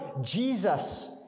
Jesus